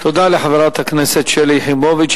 תודה לחברת הכנסת שלי יחימוביץ.